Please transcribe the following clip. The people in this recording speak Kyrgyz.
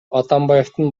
атамбаевдин